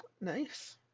Nice